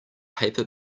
paper